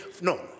no